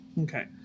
Okay